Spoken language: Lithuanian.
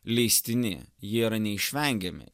leistini jie yra neišvengiami